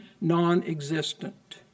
non-existent